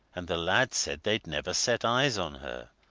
and the lad said they'd never set eyes on her.